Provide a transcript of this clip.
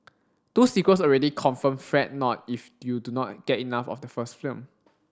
two sequels already confirmed Fret not if you do not get enough of the first film